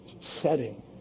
setting